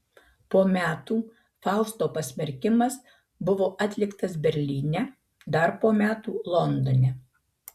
po metų fausto pasmerkimas buvo atliktas berlyne dar po metų londone